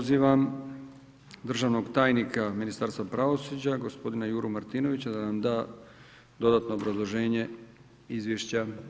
Pozivam državnog tajnika Ministarstva pravosuđa gospodina Juru Martinovića da nam da dodatno obrazloženje izvješća.